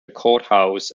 courthouse